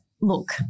look